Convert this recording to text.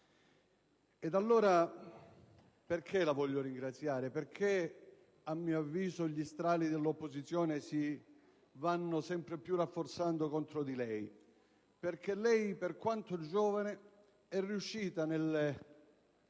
Allora, perché la voglio ringraziare? Perché, a mio avviso, gli strali dell'opposizione si vanno sempre più rafforzando contro di lei. Perché lei, per quanto giovane, nel